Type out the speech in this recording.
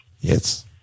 Yes